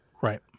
Right